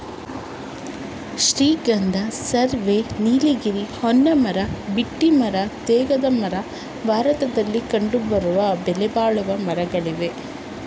ಶ್ರೀಗಂಧ, ಸರ್ವೆ, ನೀಲಗಿರಿ, ಹೊನ್ನೆ ಮರ, ಬೀಟೆ ಮರ, ತೇಗದ ಮರ ಭಾರತದಲ್ಲಿ ಕಂಡುಬರುವ ಬೆಲೆಬಾಳುವ ಮರಗಳಾಗಿವೆ